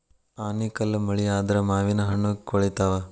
ಆನಿಕಲ್ಲ್ ಮಳಿ ಆದ್ರ ಮಾವಿನಹಣ್ಣು ಕ್ವಳಿತಾವ